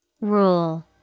Rule